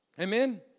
Amen